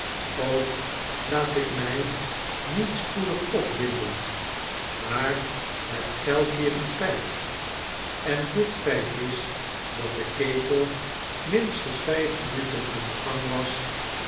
ook laat ik mij niet spoedig opwinden maar het geldt hier een feit en dit feit is dat de ketel minstens vijf minuten aan den gang was